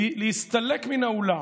להסתלק מן האולם,